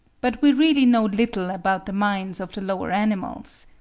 but we really know little about the minds of the lower animals.